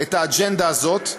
את האג'נדה הזאת,